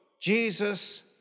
Jesus